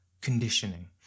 conditioning